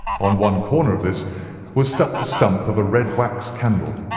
on one corner of this was stuck the stump of a red wax candle.